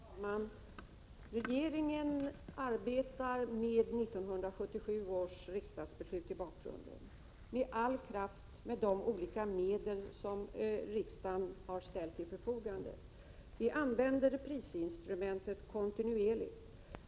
Fru talman! Regeringen arbetar med 1977 års riksdagsbeslut i bakgrunden med all kraft och med alla de medel som riksdagen har ställt till förfogande. Vi använder prisinstrumentet kontinuerligt.